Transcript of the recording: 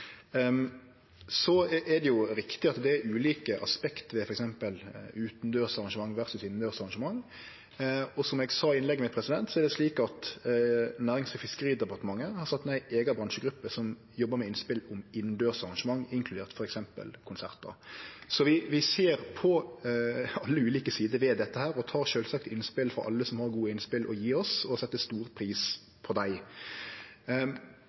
Det er riktig at det er ulike aspekt ved f.eks. utandørsarrangement versus innandørsarrangement. Som eg sa i innlegget mitt, er det slik at Nærings- og fiskeridepartementet har sett ned ei eiga bransjegruppe som jobbar med innspel om innandørsarrangement, inkludert f.eks. konsertar. Vi ser på alle ulike sider ved dette og tek sjølvsagt innspel frå alle som har gode innspel å gje oss, og vi set stor pris på dei.